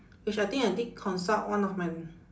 which I think I did consult one of my